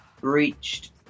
reached